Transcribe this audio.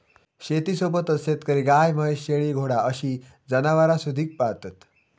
शेतीसोबतच शेतकरी गाय, म्हैस, शेळी, घोडा अशी जनावरांसुधिक पाळतत